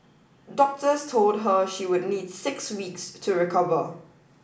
doctors told her she would need six weeks to recover